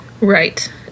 Right